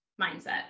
mindset